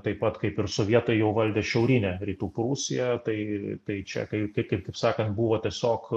taip pat kaip ir sovietai jau valdė šiaurinę rytų prūsiją tai tai čia kai kaip kaip sakant buvo tiesiog